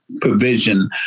provision